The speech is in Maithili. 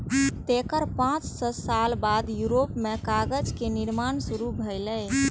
तेकर पांच सय साल बाद यूरोप मे कागज के निर्माण शुरू भेलै